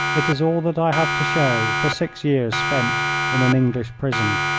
it is all that i have to show for six years spent in an english prison.